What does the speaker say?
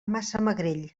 massamagrell